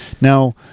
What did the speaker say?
Now